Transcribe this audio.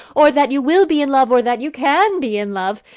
or that you will be in love, or that you can be in love.